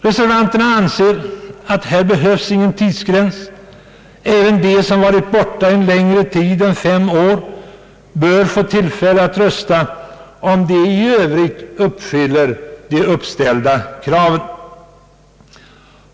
Reservanterna anser att här behövs ingen tidsgräns. Även de som varit borta längre tid än fem år bör få tillfälle att rösta, om de i övrigt uppfyller de uppställda kraven.